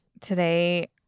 today